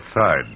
side